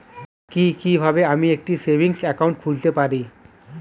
কি কিভাবে আমি একটি সেভিংস একাউন্ট খুলতে পারি?